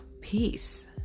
peace